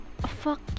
fuck